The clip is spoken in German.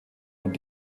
und